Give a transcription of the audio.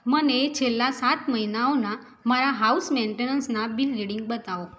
મને છેલ્લા સાત મહિનાઓના મારા હાઉસ મેન્ટનન્સના બિલ રીડિંગ બતાવો